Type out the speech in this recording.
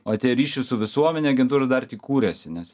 o tie ryšių su visuomene agentūros dar tik kūrėsi nes